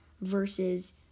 versus